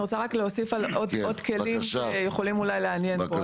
אני רוצה רק להוסיף על עוד כלים שיכולים אולי לעניין פה.